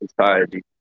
society